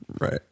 Right